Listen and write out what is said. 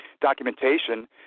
documentation